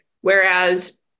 Whereas